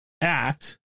act